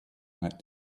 had